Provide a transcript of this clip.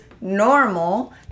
normal